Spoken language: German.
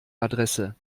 adresse